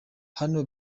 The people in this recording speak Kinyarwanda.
hano